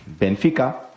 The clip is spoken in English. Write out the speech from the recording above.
Benfica